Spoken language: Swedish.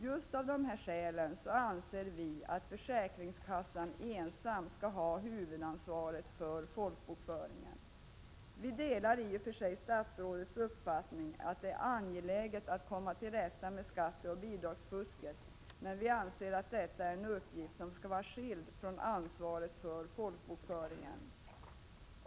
Just av de här skälen anser vi att försäkringskassan ensam skall ha huvudansvaret för folkbokföringen. Vi delar i och för sig statsrådets uppfattning att det är angeläget att komma till rätta med skatteoch bidragsfusket, men vi anser att detta är en uppgift som skall vara skild från ansvaret för folkbokföringen.